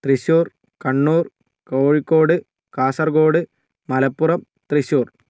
Thrissur Kannur Kozhikode Kasaragod Malappuram Thrissur